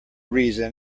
reason